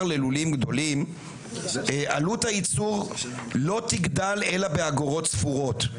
ללולים גדולים לא תגדל אלא באגורות ספורות.